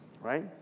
Right